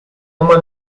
uma